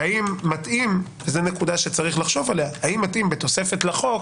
והאם מתאים בתוספת לחוק